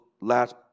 last